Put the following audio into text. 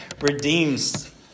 redeems